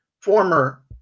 former